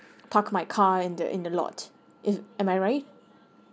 park my car in the in the lot in am I right